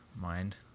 mind